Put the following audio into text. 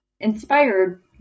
inspired